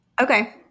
Okay